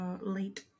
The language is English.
late